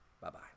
Bye-bye